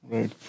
Right